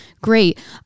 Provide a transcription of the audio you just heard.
Great